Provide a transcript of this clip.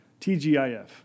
TGIF